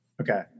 Okay